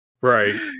Right